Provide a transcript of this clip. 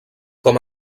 com